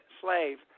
slave